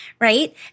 right